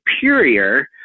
superior